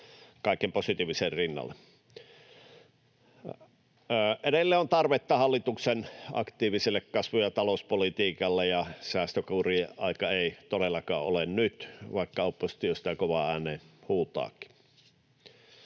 kaiken positiivisen rinnalla. Edelleen on tarvetta hallituksen aktiiviselle kasvu- ja talouspolitiikalle, ja säästökuurien aika ei todellakaan ole nyt, vaikka oppositio sitä kovaan ääneen huutaakin.